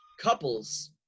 couples